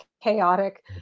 chaotic